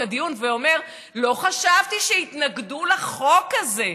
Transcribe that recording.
הדיון ואומר: לא חשבתי שיתנגדו לחוק הזה,